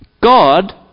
God